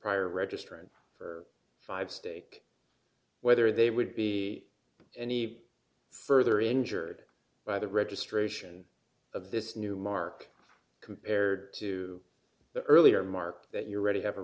prior registrants for five steak whether they would be any further injured by the registration of this new mark compared to the earlier mark that you already have a